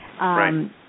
Right